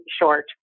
short